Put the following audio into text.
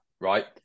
Right